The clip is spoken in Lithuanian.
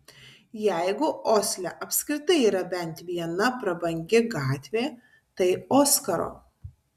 jeigu osle apskritai yra bent viena prabangi gatvė tai oskaro